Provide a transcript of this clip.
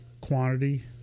quantity